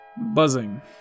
buzzing